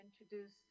introduce